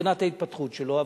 מבחינת ההתפתחות שלו,